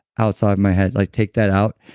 outside my head, like take that out.